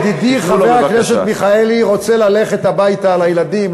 ידידי חבר הכנסת מיכאלי רוצה ללכת הביתה לילדים,